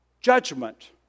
judgment